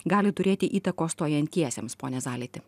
gali turėti įtakos stojantiesiems pone zaliti